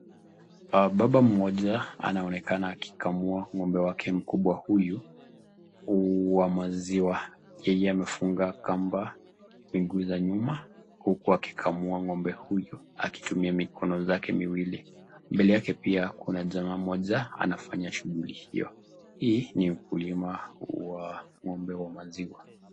Baba mmoja anaonekana akikamua ng'ombe wake mkubwa huyu wa maziwa .Yeye amefunga kamba miguu za nyuma huku akikamua ng'ombe huyu akitumia mikono zake miwili. Mbele yake pia kuna jamaa mmoja anafanya shughuli hiyo. Hii ni ukilima wa ng'ombe wa maziwa.